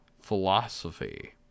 philosophy